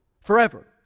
Forever